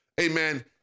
Amen